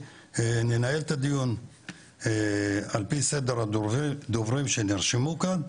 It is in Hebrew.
ננהל את הדיון על פי סדר הדוברים שנרשמו כאן,